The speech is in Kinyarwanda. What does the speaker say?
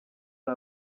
ari